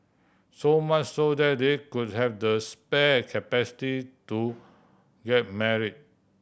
so much so that they could have the spare capacity to get marry